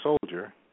soldier